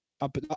up